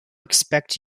expect